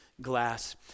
glass